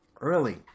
early